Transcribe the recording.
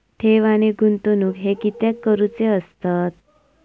ठेव आणि गुंतवणूक हे कित्याक करुचे असतत?